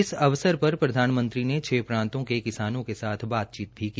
इस अवसर पर प्रधानमंत्री ने छः प्रांतों के किसानों के साथ बातचीत भी की